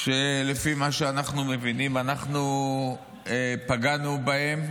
שלפי מה שאנחנו מבינים אנחנו פגענו בהם,